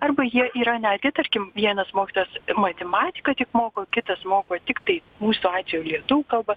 arba jie yra netgi tarkim vienas mokytojas matematiką tik moko kitas moko tiktai mūsų atveju lietuvių kalbą